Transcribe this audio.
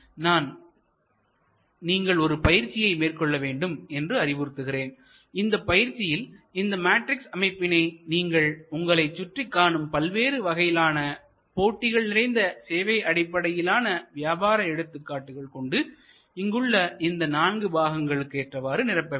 நான் நீங்கள் ஒரு பயிற்சியை மேற்கொள்ள வேண்டும் என்று அறிவுறுத்துகிறேன் இந்த பயிற்சியில் இந்த மேட்ரிக்ஸ் அமைப்பினை நீங்கள் உங்களை சுற்றி காணும் பல்வேறு வகையான போட்டிகள் நிறைந்த சேவை அடிப்படையிலான வியாபார எடுத்துக்காட்டுகளைக் கொண்டு இங்கு உள்ள இந்த 4 பாகங்களுக்கு ஏற்றவாறு நிரப்பவேண்டும்